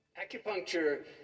Acupuncture